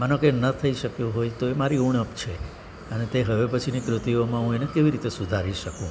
માનો કે ન થઈ શક્યું હોય તો એ મારી ઉણપ છે અને તે હવે પછીની કૃતિઓમાં હું તેને કેવી રીતે સુધારી શકું